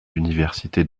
universités